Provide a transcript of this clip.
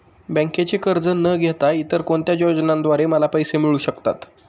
बँकेचे कर्ज न घेता इतर कोणत्या योजनांद्वारे मला पैसे मिळू शकतात?